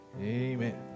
Amen